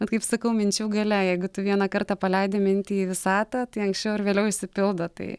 bet kaip sakau minčių galia jeigu tu vieną kartą paleidi mintį į visatą tai anksčiau ar vėliau išsipildo tai